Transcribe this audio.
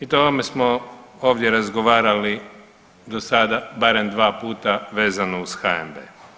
I o tome smo ovdje razgovarali dosada barem 2 puta vezano uz HNB.